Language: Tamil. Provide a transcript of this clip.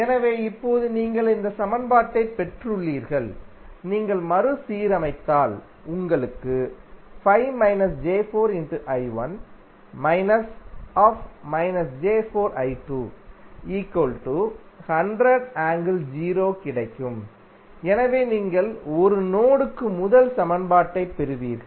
எனவே இப்போது நீங்கள் இந்த சமன்பாட்டைப் பெற்றுள்ளீர்கள் நீங்கள் மறுசீரமைத்தால் உங்களுக்கு 5−j4I1 −−j4I2 100∠0◦ கிடைக்கும் எனவே நீங்கள் 1 நோடுக்கு முதல் சமன்பாட்டைப் பெறுவீர்கள்